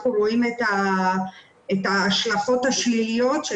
אנחנו רואים את ההשלכות השליליות של